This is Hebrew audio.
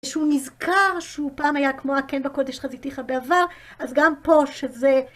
שהוא נזכר, שהוא פעם היה כמו הקן בקודש חזיתיך בעבר, אז גם פה שזה...